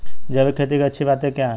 जैविक खेती की अच्छी बातें क्या हैं?